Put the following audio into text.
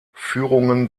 führungen